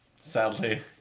sadly